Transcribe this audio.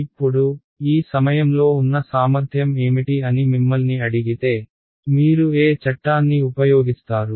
ఇప్పుడు ఈ సమయంలో ఉన్న సామర్థ్యం ఏమిటి అని మిమ్మల్ని అడిగితే మీరు ఏ చట్టాన్ని ఉపయోగిస్తారు